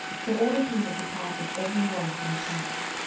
so all the people departed every one to his house.